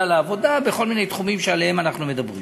לעבודה בכל מיני תחומים שעליהם אנחנו מדברים.